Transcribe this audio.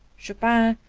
chopin,